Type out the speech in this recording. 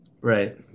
Right